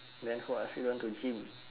then who ask you want to gym